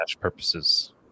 purposes